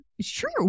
Sure